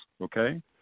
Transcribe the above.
okay